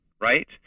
right